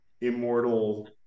immortal